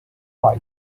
like